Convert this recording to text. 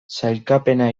sailkapena